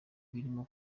birimo